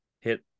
hit